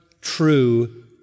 true